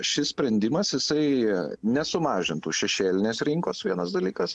šis sprendimas jisai nesumažintų šešėlinės rinkos vienas dalykas